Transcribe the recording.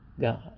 God